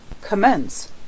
Commence